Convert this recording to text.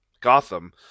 Gotham